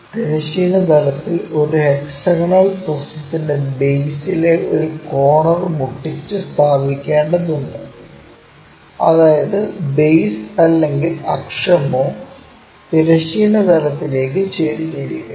തിരശ്ചീന തലത്തിൽ ഒരു ഹെക്സഗണൽ പ്രിസത്തിൻറെ ബേസിലെ ഒരു കോർണർ മുട്ടിച്ച് സ്ഥാപിക്കേണ്ടതുണ്ട് അതായത് ബേസ് അല്ലെങ്കിൽ അക്ഷമോ തിരശ്ചീന തലത്തിലേക്ക് ചരിഞ്ഞിരിക്കുന്നു